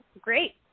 great